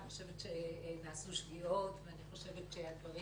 אני חושבת שנעשו שגיאות ואני חושבת שהדברים